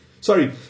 sorry